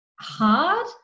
hard